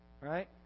right